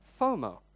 FOMO